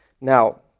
Now